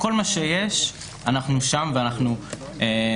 כל מה שיש, אנחנו שם ואנחנו נוכחים.